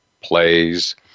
plays